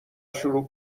شروع